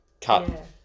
cut